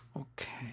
Okay